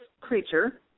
creature